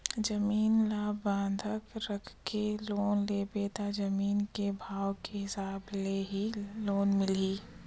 जमीन ल बंधक राखके लोन लेबे त जमीन के भाव के हिसाब ले ही लोन मिलही